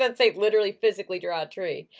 and say literally, physically draw a tree.